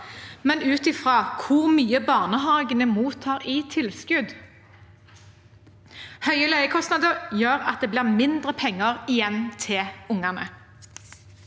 men ut fra hvor mye barnehagene mottar i tilskudd. Høye leiekostnader gjør at det blir mindre penger igjen til ungene.